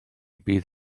bydd